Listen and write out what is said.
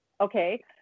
Okay